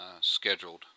scheduled